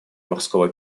морского